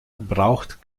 braucht